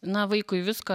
na vaikui visko